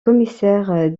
commissaire